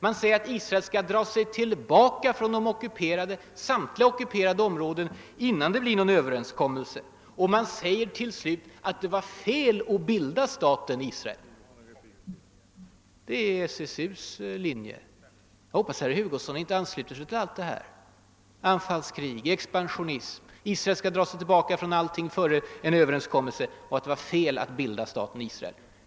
Man säger att Israel skall dra sig tillbaka från samtliga ockuperade områden innan det blir någon Ööverenskommelse. Man säger till slut att det var fel att bilda staten Israel. Detta är SSU:s linje. Jag hoppas att herr Hugosson inte ansluter sig till allt det här: anfallskrig, :expansionisin, att Israel skall dra sig tillbaka från alla områden innan det blir en överenskommelse och att det var fel att bilda staten Israel.